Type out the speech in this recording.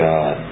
God